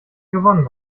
gewonnen